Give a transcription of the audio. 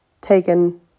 taken